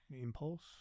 impulse